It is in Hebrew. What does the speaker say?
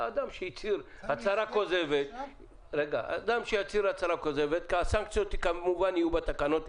אדם שהצהיר הצהרה כוזבת ינקטו נגדו סנקציות שיהיו כתובות בתקנות.